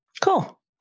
Cool